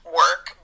work